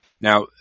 Now